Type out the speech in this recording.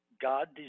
God